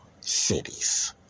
cities